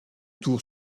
tours